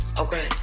Okay